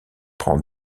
prend